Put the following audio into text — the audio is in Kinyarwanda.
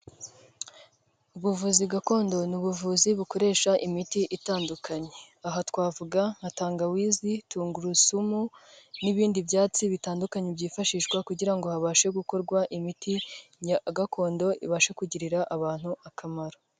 Ubuvuzi gakondo ni ubuvuzi bukoresha imiti itandukanye, aha twavuga nka tangawizi, tungurusumu n'ibindi byatsi bitandukanye byifashishwa kugira ngo habashe gukorwa imiti, ya gakondo ibashe kugirira abantu akamaro.